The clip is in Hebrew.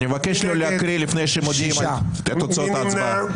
אני מבקש לא להקריא לפני שמודיעים על תוצאות ההצבעה.